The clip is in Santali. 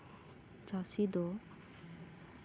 ᱪᱟᱹᱥᱤ ᱫᱚ